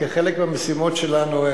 כחלק מהמשימות שלנו,